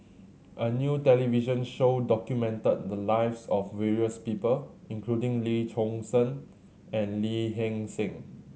a new television show documented the lives of various people including Lee Choon Seng and Lee Hee Seng